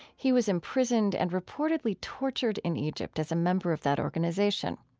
he was imprisoned and reportedly tortured in egypt as a member of that organization.